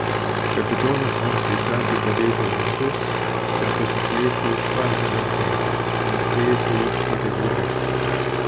kapitonas mums įsakė padėti lankus ir pasislėpti už falšborto nes vėjas jau išpūtė bures